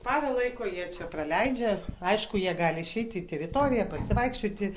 parą laiko jie čia praleidžia aišku jie gali išeiti į teritoriją pasivaikščioti